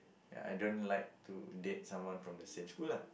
ya I don't like to date someone from the same school lah